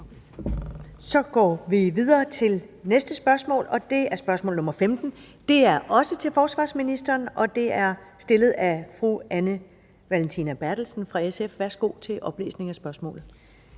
Så går vi videre til næste spørgsmål, og det er spørgsmål nr. 15. Det er også til forsvarsministeren, og det er også stillet af fru Anne Valentina Berthelsen fra SF. Kl. 14:31 Spm.